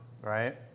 right